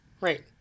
Right